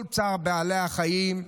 כל צער בעלי החיים,